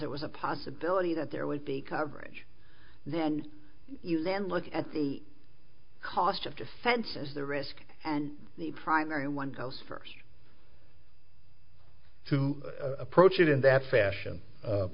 it was a possibility that there would be coverage then you then look at the cost of defense is the risk and the primary one goes first to approach it in that fashion